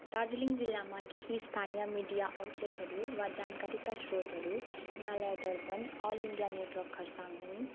दार्जिलिङ जिल्लामा केही स्थानीय मिडिया आउलेटहरू वा जानकारीका स्रोतहरू Himalaya Darpan all India network Kurseong हुन्